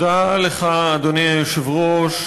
אדוני היושב-ראש,